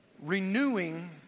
renewing